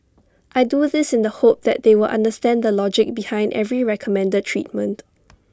I do this in the hope that they will understand the logic behind every recommended treatment